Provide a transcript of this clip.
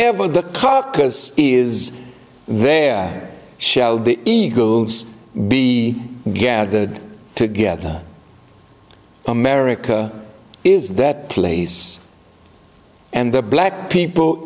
caucus is there shall the eagles be gathered together america is that place and the black people